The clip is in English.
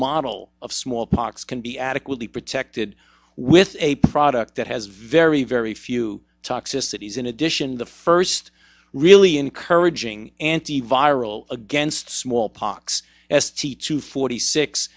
model of smallpox can be adequately protected with a product that has very very few toxicities in addition the first really encouraging antiviral against smallpox s t two forty six